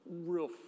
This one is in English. real